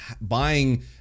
buying